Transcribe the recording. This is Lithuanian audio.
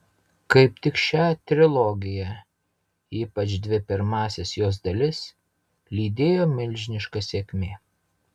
kaip tik šią trilogiją ypač dvi pirmąsias jos dalis lydėjo milžiniška sėkmė